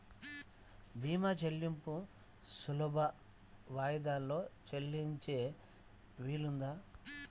భీమా చెల్లింపులు సులభ వాయిదాలలో చెల్లించే వీలుందా?